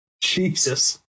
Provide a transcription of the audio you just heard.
Jesus